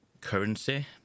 currency